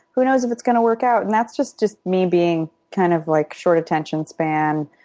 who knows if it's going to work out. and that's just just me being kind of like short attention span,